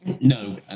No